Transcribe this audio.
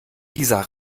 dieser